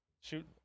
Shoot